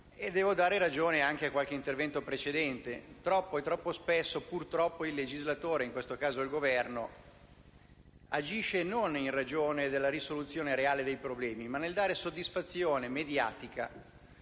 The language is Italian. Devo dare ragione anche a qualche intervento precedente. Troppo e troppo spesso, purtroppo, il legislatore - in questo caso il Governo - agisce non in ragione della risoluzione reale dei problemi, ma nel dare soddisfazione mediatica